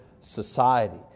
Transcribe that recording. society